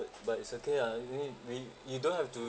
but it's okay ah I mean we you don't have to